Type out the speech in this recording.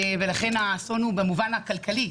לכן האסון במובן הכלכלי,